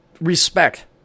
respect